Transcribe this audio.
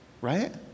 right